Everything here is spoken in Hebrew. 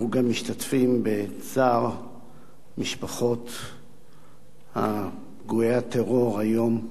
אנחנו גם משתתפים בצער משפחות פגועי הטרור היום,